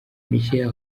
michael